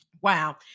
wow